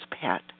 pet